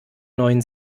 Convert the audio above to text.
neuen